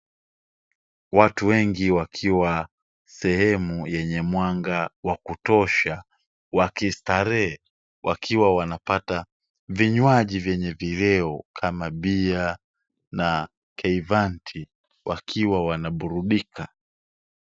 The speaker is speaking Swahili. Watu wengi wakiwa sehemu yenye mwanga wa kutosha, wakistarehe wakiwa wanapata vinywaji vyenye vileo, kama bia na K-vant, wakiwa wanaburudika.